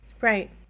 Right